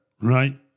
right